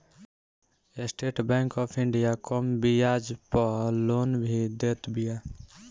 estate Bank of India कम बियाज पअ लोन भी देत बिया